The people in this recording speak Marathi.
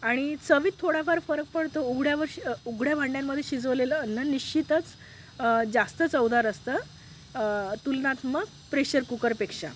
आणि चवीत थोडाफार फरक पडतो उघड्यावर शी उघड्या भांड्यांमध्ये शिजवलेलं अन्न निश्चितच जास्त चवदार असतं तुलनात्मक प्रेशर कुकरपेक्षा